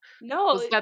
No